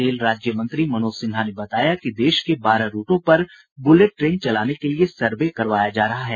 rail राज्य मंत्री मनोज सिन्हा ने बताया कि देश के बारह रूटों पर बुलेट ट्रेन चलाने के लिए सर्वे करवाया जा रहा है